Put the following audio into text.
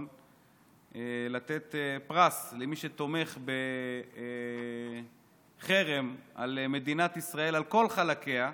שלא לתת פרס למי שתומך בחרם על מדינת ישראל על כל חלקיה,